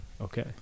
Okay